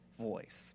voice